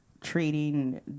treating